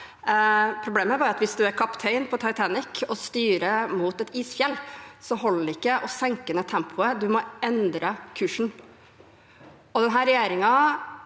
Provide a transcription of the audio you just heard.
Problemet er bare at hvis man er kaptein på Titanic og styrer mot et isfjell, holder det ikke å senke tempoet, man må endre kursen. Denne regjeringen